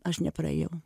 aš nepraėjau